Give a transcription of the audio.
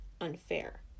unfair